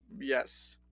Yes